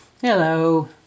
Hello